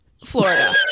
Florida